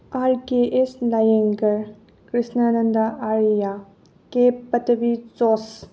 R K S ꯅꯥꯌꯦꯡꯀꯔ Krishnananda Arya ꯀꯦ ꯄꯇꯕꯤ ꯖꯣꯁ